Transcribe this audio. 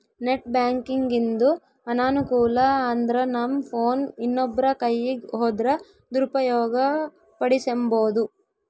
net ಬ್ಯಾಂಕಿಂಗಿಂದು ಅನಾನುಕೂಲ ಅಂದ್ರನಮ್ ಫೋನ್ ಇನ್ನೊಬ್ರ ಕೈಯಿಗ್ ಹೋದ್ರ ದುರುಪಯೋಗ ಪಡಿಸೆಂಬೋದು